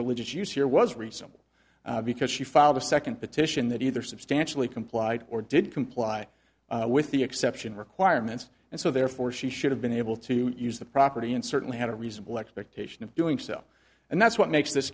religious use here was recent because she filed a second petition that either substantially complied or didn't comply with the exception requirements and so therefore she should have been able to use the property and certainly had a reasonable expectation of doing so and that's what makes this